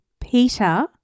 Peter